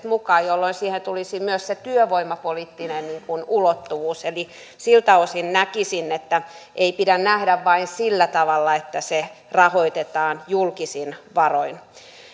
mukaan jolloin siihen tulisi myös se työvoimapoliittinen ulottuvuus eli siltä osin näkisin että ei pidä nähdä vain sillä tavalla että se rahoitetaan julkisin varoin